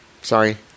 sorry